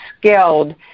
skilled